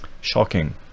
shocking